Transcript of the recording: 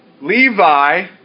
Levi